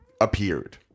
appeared